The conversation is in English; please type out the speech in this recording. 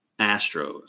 Astros